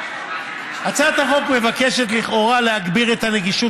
הצעת החוק מבקשת לכאורה להגביר את הנגישות